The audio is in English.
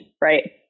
right